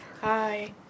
Hi